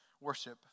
worship